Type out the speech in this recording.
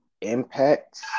impact